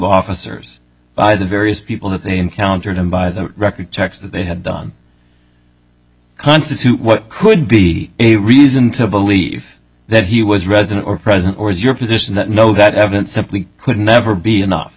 officers by the various people that they encountered and by the record checks that they had done constitute what could be a reason to believe that he was resident or present or is your position that no that evidence simply could never be